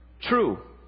true